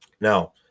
Now